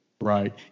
Right